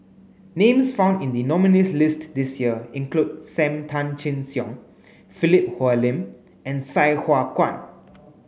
names found in the nominees' list this year include Sam Tan Chin Siong Philip Hoalim and Sai Hua Kuan